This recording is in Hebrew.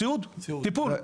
סיעוד, טיפול.